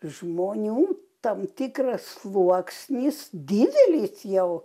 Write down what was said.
žmonių tam tikras sluoksnis didelis jau